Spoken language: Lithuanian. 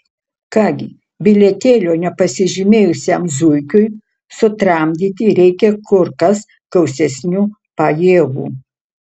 ką gi bilietėlio nepasižymėjusiam zuikiui sutramdyti reikia kur kas gausesnių pajėgų